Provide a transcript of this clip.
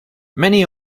many